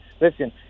listen